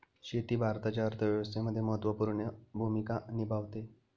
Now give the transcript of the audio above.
शेती भारताच्या अर्थव्यवस्थेमध्ये महत्त्वपूर्ण भूमिका निभावते